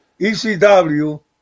ECW